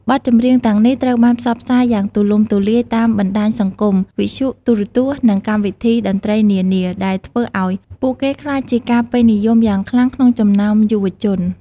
បទចម្រៀងទាំងនេះត្រូវបានផ្សព្វផ្សាយយ៉ាងទូលំទូលាយតាមបណ្តាញសង្គម វិទ្យុ ទូរទស្សន៍ និងកម្មវិធីតន្ត្រីនានា ដែលធ្វើឱ្យពួកគេក្លាយជាការពេញនិយមយ៉ាងខ្លាំងក្នុងចំណោមយុវជន។